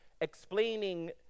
explaining